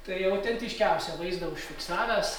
tai autentiškiausią vaizdą užfiksavęs